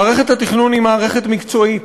מערכת התכנון היא מערכת מקצועית.